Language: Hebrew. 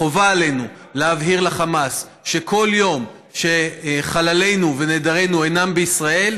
חובה עלינו להבהיר לחמאס שכל יום שחללינו ונעדרינו אינם בישראל,